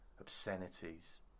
obscenities